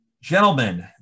Gentlemen